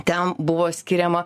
ten buvo skiriama